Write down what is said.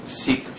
seek